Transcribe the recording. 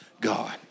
God